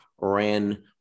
ran